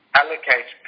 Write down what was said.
allocate